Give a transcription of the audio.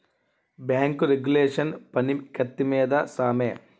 bank regulation పని కత్తి మీద సామే